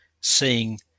seeing